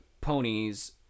ponies